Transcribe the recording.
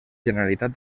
generalitat